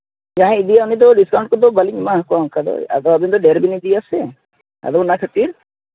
ᱡᱟᱦᱟᱸᱭᱮ ᱤᱫᱤᱭᱟ ᱩᱱᱤᱫᱚ ᱰᱤᱥᱠᱟᱣᱩᱱᱴ ᱠᱚᱫᱚ ᱵᱟᱹᱞᱤᱧ ᱮᱢᱟ ᱠᱚᱣᱟ ᱚᱱᱠᱟ ᱫᱚ ᱟᱫᱚ ᱟᱹᱵᱤᱱ ᱫᱚ ᱰᱷᱮᱨ ᱵᱤᱱ ᱤᱫᱤᱭᱟ ᱥᱮ ᱟᱫᱚ ᱚᱱᱟ ᱠᱷᱟᱹᱛᱤᱨ